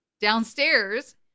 downstairs